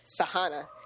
Sahana